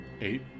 Eight